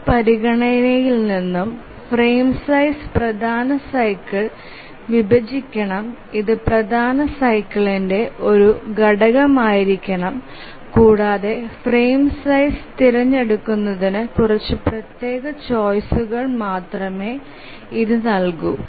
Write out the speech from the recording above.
ഈ പരിഗണനയിൽ നിന്ന് ഫ്രെയിം സൈസ് പ്രധാന സൈക്കിൾ വിഭജിക്കണം ഇത് പ്രധാന സൈക്കിൾന്ടെ ഒരു ഘടകമായിരിക്കണം കൂടാതെ ഫ്രെയിം സൈസ് തിരഞ്ഞെടുക്കുന്നതിന് കുറച്ച് പ്രത്യേക ചോയിസുകൾ മാത്രമേ ഇത് നൽകൂ